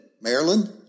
Maryland